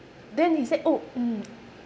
then he said oh mm